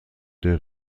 der